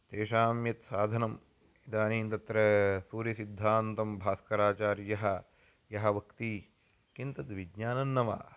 तेषां यत् साधनम् इदानीं तत्र सूर्यसिद्धान्तं भास्कराचार्यः यः वक्ति किं तद् विज्ञानं न वा